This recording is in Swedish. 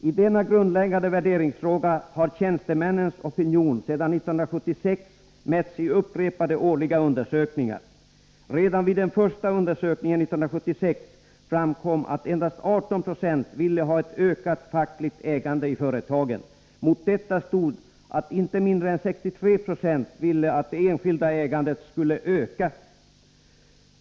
I denna grundläggande värderingsfråga har tjänstemännens opinion sedan 1976 mätts i upprepade årliga undersökningar. Redan vid den första undersökningen 1976 framkom att endast 18 96 ville ha ett ökat fackligt ägande i företagen. Mot detta stod att inte mindre än 63 9 ville att det enskilda ägandet skulle öka.